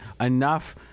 enough